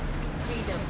freedom